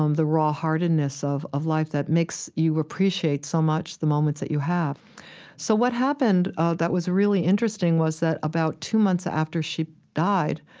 um the raw hardness of of life that makes you appreciate so much the moments that you have so what happened ah that was really interesting was that, about two months after she died,